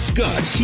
Scott